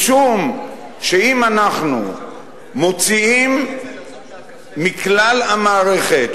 משום שאם אנחנו מוציאים מכלל המערכת,